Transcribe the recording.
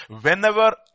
whenever